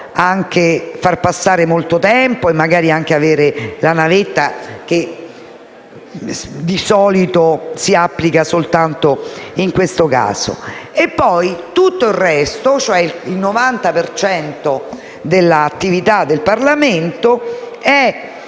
anche far passare molto tempo e magari anche avere la navetta che di solito si applica soltanto in questo caso), e tutto il resto, cioè il 90 per cento dell'attività del Parlamento,